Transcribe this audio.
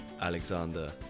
Alexander